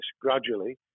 gradually